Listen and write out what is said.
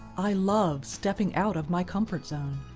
i love stepping out of my comfort zone.